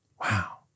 Wow